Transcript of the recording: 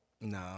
no